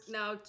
now